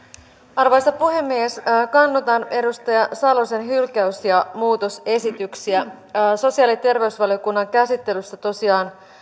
arvoisa puhemies kannatan edustaja salosen hylkäys ja muutosesityksiä sosiaali ja terveysvaliokunnan käsittelyssä tosiaan